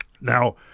Now